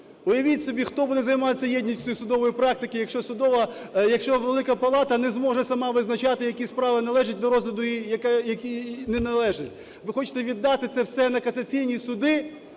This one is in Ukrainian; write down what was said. Уявіть собі хто буде займатися єдністю судової практики, якщо судова… якщо Велика Палата не зможе сама визначати, які справи належать до розгляду і які не належать. Ви хочете віддати це все на касаційні суди,